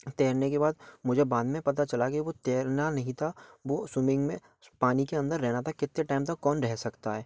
तैरने के बाद मुझे बाद में पता चला कि वो तैरना नहीं था वो स्विमिंग में पानी के अंदर रहना था कितने टाइम तक कौन रह सकता है